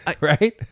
right